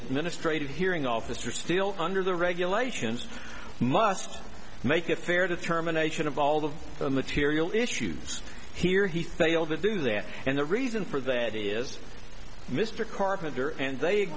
administrative hearing officer still under the regulations must make a fair determination of all of the material issues here he failed to do that and the reason for that is mr carpenter and they